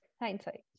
hindsight